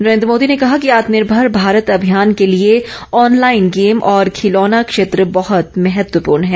नरेंद्र मोदी ने कहा कि आत्मनिर्भर भारत अभियान के लिए ऑनलाइन गेम और खिलौना क्षेत्र बहुत महत्वपूर्ण हैं